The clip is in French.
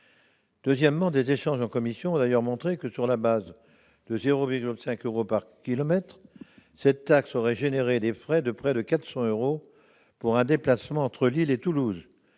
outre, des échanges en commission ont montré que, sur la base de 0,5 euro par kilomètre, cette taxe aurait engendré des frais de près de 400 euros pour un déplacement entre Lille et Toulouse.